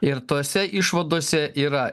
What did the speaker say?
ir tose išvadose yra